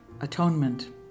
Atonement